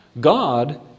God